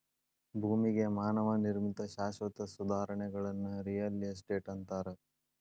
ಭೂಮಿಗೆ ಮಾನವ ನಿರ್ಮಿತ ಶಾಶ್ವತ ಸುಧಾರಣೆಗಳನ್ನ ರಿಯಲ್ ಎಸ್ಟೇಟ್ ಅಂತಾರ